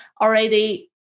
already